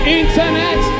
internet